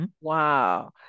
Wow